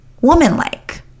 womanlike